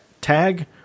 tag